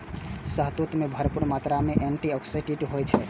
शहतूत मे भरपूर मात्रा मे एंटी आक्सीडेंट होइ छै